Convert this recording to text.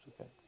okay